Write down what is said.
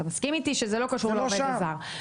אתה מסכים איתי שזה לא קשור לעובד הזר.